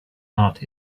art